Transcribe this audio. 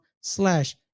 slash